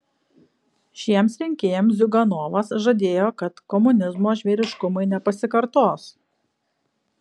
šiems rinkėjams ziuganovas žadėjo kad komunizmo žvėriškumai nepasikartos